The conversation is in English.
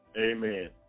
Amen